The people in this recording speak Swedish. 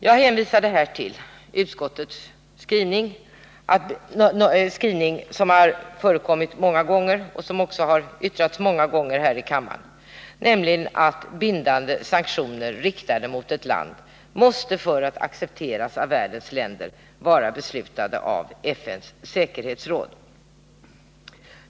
Jag hänvisar till utskottets skrivning, nämligen att bindande sanktioner riktade mot ett land måste för att accepteras av världens länder vara beslutade av FN:s säkerhetsråd.